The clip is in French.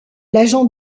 l’agent